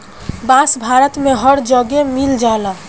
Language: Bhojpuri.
बांस भारत में हर जगे मिल जाला